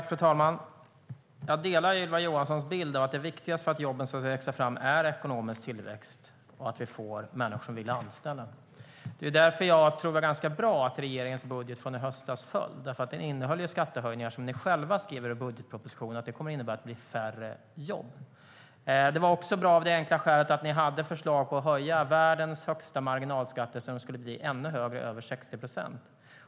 Fru talman! Jag delar Ylva Johanssons bild att det viktigaste för att jobben ska växa fram är ekonomisk tillväxt och att vi får människor som vill anställa. Jag tror därför att det var ganska bra att regeringens budget från i höstas föll. Den innehöll ju skattehöjningar som ni själva skrev i er budgetproposition skulle innebära färre jobb. Det var också bra av det enkla skälet att ni hade förslag om att höja världens högsta marginalskatter så att de skulle bli ännu högre, över 60 procent.